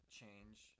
change